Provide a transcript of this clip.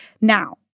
Now